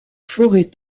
forêts